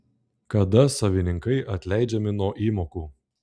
kada savininkai atleidžiami nuo įmokų